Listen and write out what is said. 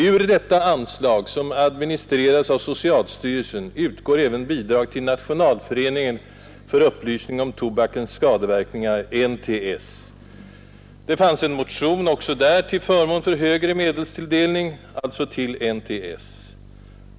Ur detta anslag, som administreras av socialstyrelsen, utgår bidrag även till Nationalföreningen för upplysning om tobakens skadeverkningar, NTS. Det fanns också där en motion till förmån för högre medelstilldelning, alltså till NTS.